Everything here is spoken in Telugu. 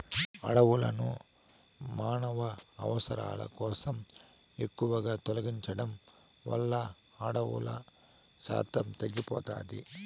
అడవులను మానవ అవసరాల కోసం ఎక్కువగా తొలగించడం వల్ల అడవుల శాతం తగ్గిపోతాది